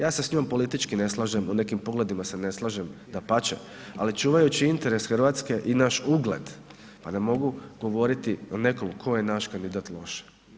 Ja se s njom politički ne slažem, u nekim pogledima se ne slaže, dapače, ali čuvajući interes Hrvatske i naš ugled, a ne mogu govoriti o nekom koji je naš kandidat loš.